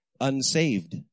unsaved